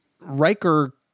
Riker